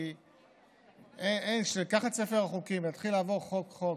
כי לקחת את ספר החוקים ולהתחיל לעבור חוק-חוק,